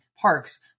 parks